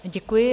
Děkuji.